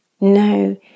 No